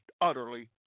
utterly